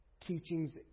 teachings